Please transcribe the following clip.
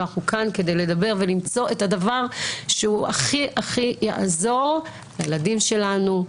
אבל אנחנו כאן כדי לדבר ולמצוא את הדבר שהכי הכי יעזור לילדים שלנו,